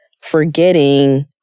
forgetting